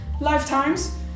lifetimes